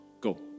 Go